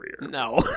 No